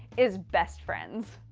is best friends!